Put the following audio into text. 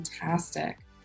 fantastic